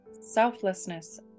selflessness